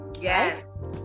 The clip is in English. yes